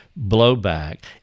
blowback